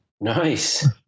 Nice